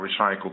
recycled